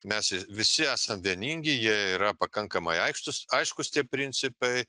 mes visi esam vieningi jie yra pakankamai aikštūs aiškūs tie principai